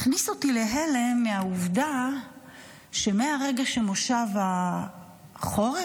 הכניס אותי להלם מהעובדה שמהרגע שמושב החורף,